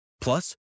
Plus